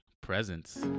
presents